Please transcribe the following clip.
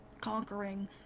conquering